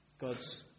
God's